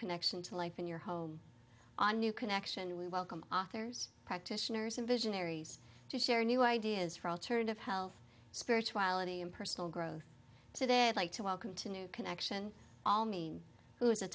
connection to life in your home a new connection we welcome authors practitioners and visionaries to share new ideas for alternative health spirituality and personal growth today i'd like to welcome to new connection all me who is a